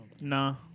Nah